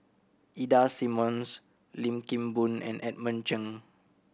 Ida Simmons Lim Kim Boon and Edmund Cheng